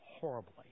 horribly